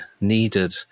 needed